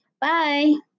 Bye